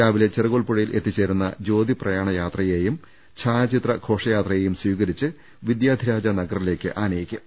രാവിലെ ചെറുകോൽപ്പുഴയിൽ എത്തിച്ചേരുന്ന ജ്യോതിപ്ര യാണ യാത്രയെയും ഛായാചിത്ര ഘോഷയാത്രയെയും സ്വീകരിച്ച് വിദ്യാധിരാജ നഗറിലേക്ക് ആനയിക്കും